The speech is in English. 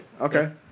Okay